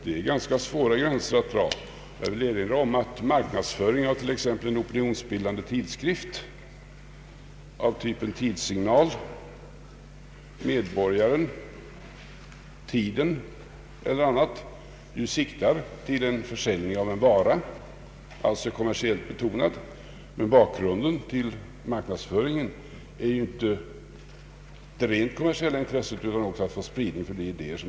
Det är ganska svårt att dra dessa gränser. Jag vill erinra om att marknadsföring av t.ex. opinionsbildande tidskrifter av typen Tidsignal, Medborgaren, Tiden m.fl. siktar till försäljning av en vara och alltså är kommersiellt betonad. Men bakgrunden till marknadsföringen är inte rent kommersiella intressen utan spridning av idéer.